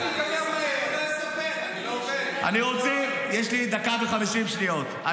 מה אתה עשית בחיים?